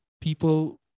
People